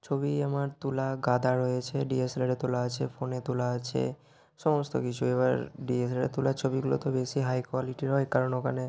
ছবি আমার তোলা গাদা রয়েছে ডিএসএলআরে তোলা আছে ফোনে তোলা আছে সমস্ত কিছু এবার ডিএসএলআরে তোলা ছবিগুলো তো বেশি হাই কোয়ালিটির হয় কারণ ওখানে